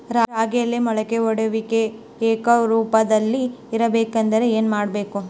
ರಾಗಿಯಲ್ಲಿ ಮೊಳಕೆ ಒಡೆಯುವಿಕೆ ಏಕರೂಪದಲ್ಲಿ ಇರಬೇಕೆಂದರೆ ಏನು ಮಾಡಬೇಕು?